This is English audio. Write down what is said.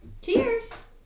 cheers